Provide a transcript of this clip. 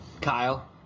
Kyle